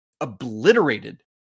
obliterated